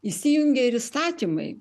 įsijungia ir įstatymai